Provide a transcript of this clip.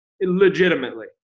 Legitimately